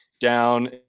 down